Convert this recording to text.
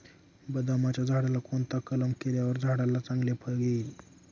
बदामाच्या झाडाला कोणता कलम केल्यावर झाडाला चांगले फळ येईल?